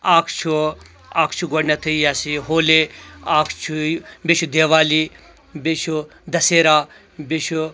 اکھ چھُ اکھ چھُ گۄڈنیتھے یۄس یہِ ہولی اکھ چھ بییٚہِ چھُ دٮ۪والی بییٚہِ چھُ دسیرا بییٚہِ چھُ